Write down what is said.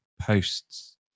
posts